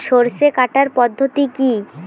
সরষে কাটার পদ্ধতি কি?